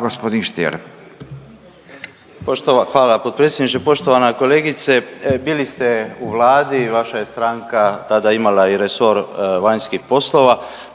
Gospodin Stier. **Stier, Davor Ivo (HDZ)** Pošto… hvala potpredsjedniče, poštovana kolegice bili ste u Vladi i vaša je stranka tada imala i resor vanjskih poslova,